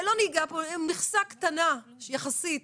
הם מכסה קטנה יחסית,